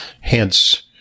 hence